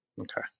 Okay